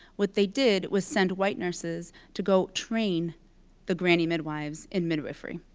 what they did was send white nurses to go train the granny midwives in midwifery